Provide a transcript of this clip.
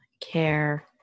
care